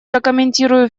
прокомментирую